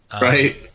right